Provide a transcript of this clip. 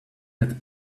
had